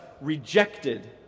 rejected